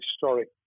historic